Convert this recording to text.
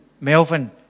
Melvin